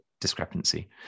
discrepancy